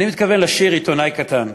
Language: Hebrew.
אני מתכוון לשיר "עיתונאי קטן".